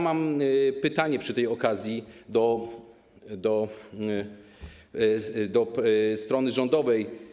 Mam pytanie przy tej okazji do strony rządowej.